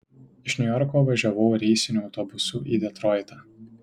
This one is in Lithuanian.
iš niujorko važiavau reisiniu autobusu į detroitą